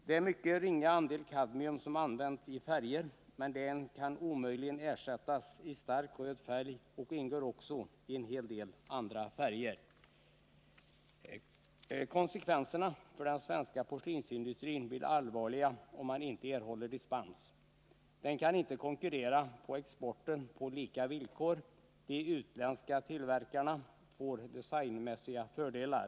Det är en mycket ringa andel kadmium som används i färger, men ämnet kan omöjligen ersättas i stark röd färg och ingår också i en del andra färger. Konsekvenserna för den svenska porslinsindustrin blir allvarliga om man inte erhåller dispens. Denna industri kan då inte konkurrera på exportmarknaden på lika villkor; de utländska tillverkarna får designmässiga fördelar.